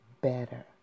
better